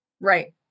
Right